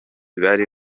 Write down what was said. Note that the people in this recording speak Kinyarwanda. bari